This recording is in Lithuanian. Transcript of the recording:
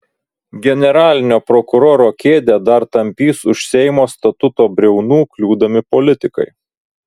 generalinio prokuroro kėdę dar tampys už seimo statuto briaunų kliūdami politikai